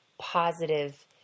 Positive